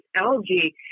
algae